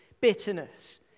bitterness